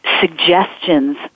suggestions